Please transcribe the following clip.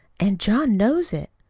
an' john knows it.